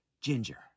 ginger